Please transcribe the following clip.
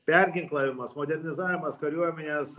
perginklavimas modernizavimas kariuomenės